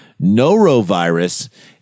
norovirus